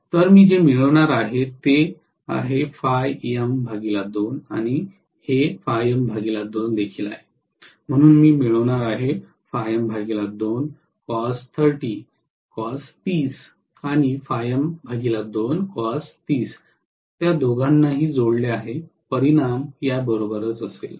तर मी जे मिळवणार आहे ते हे आहे आणि हे देखील आहे म्हणून मी मिळवणार आहे आणि त्या दोघांनाही जोडले आहे परिणाम या बरोबरच असेल